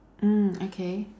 mm okay